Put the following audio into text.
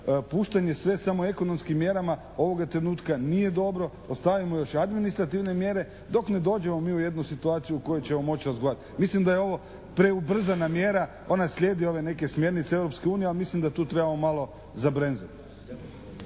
puštanje sve samo ekonomskim mjerama ovoga trenutka nije dobro, ostavimo još i administrativne mjere dok ne dođemo mi u jednu situaciju u kojoj ćemo moći razgovarati. Mislim da je ovo preubrzana mjera. Ona sljedi ove neke smjernice Europske unije a mislim da tu trebamo malo zabremzati.